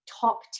top